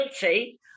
guilty